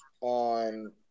on